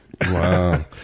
wow